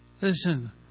Listen